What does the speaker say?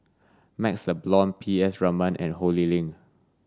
MaxLe Blond P S Raman and Ho Lee Ling